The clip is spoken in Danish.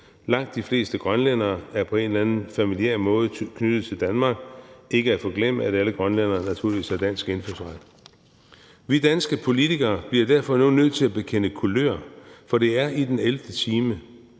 Langt de fleste grønlændere er på en eller anden familiær måde knyttet til Danmark – ikke at forglemme, at alle grønlændere naturligvis har dansk indfødsret. Vi danske politikere bliver derfor nu nødt til at bekende kulør, for det er i den ellevte